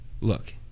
look